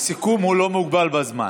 בסיכום הוא לא מוגבל בזמן.